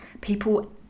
People